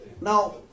Now